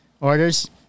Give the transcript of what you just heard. Orders